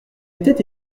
était